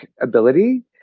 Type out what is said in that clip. ability